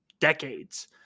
decades